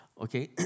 Okay